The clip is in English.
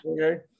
okay